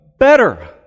Better